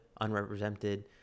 unrepresented